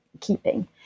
keeping